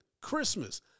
Christmas